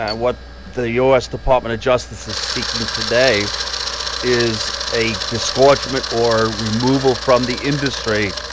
what the us department of justice is seeking today is a disgorgement or removal from the industry,